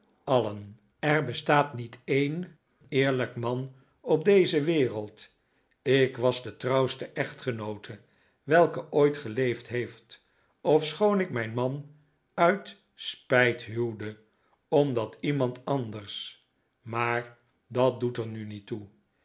alien er bestaat niet een eerlijk man op de wereld ik was de trouwste echtgenoote welke ooit geleefd heeft ofschoon ik mijn man uit spijt huwde omdat iemand anders maar dat doet er nu niet toe